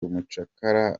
umucakara